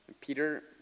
Peter